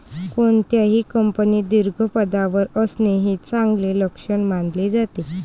कोणत्याही कंपनीत दीर्घ पदावर असणे हे चांगले लक्षण मानले जाते